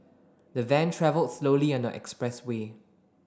the van travel slowly on the expressway